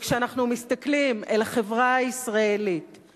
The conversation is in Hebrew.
כשאנחנו מסתכלים אל החברה הישראלית,